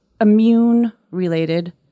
immune-related